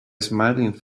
smiling